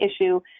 issue